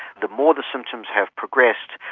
the more the symptoms have progressed,